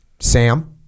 Sam